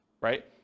right